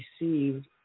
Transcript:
received